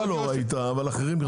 אתה לא ראית אבל אחרים ראו.